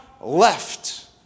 left